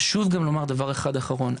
חשוב גם לומר דבר אחד אחרון,